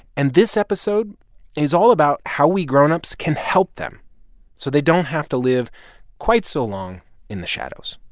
and this episode is all about how we grown-ups can help them so they don't have to live quite so long in the shadows